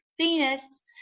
Venus